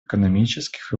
экономических